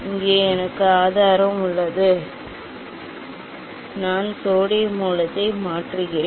இங்கே எனக்கு ஆதாரம் உள்ளது நான் சோடியம் மூலத்தை மாற்றுகிறேன்